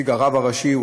נציג הרב הראשי,